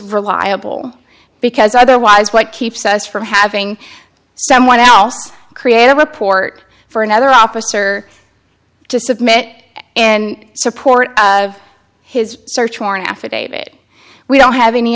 reliable because otherwise what keeps us from having someone else create a report for another officer to submit and support his search warrant affidavit we don't have any